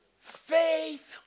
Faith